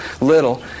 little